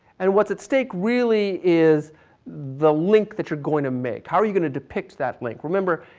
and what is at stake really is the link that you are going to make, how are you going to depict that link. remember